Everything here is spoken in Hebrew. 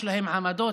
יש להם עמדות,